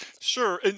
Sure